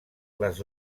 les